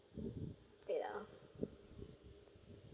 yeah